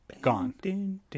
gone